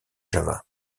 java